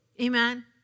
Amen